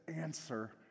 answer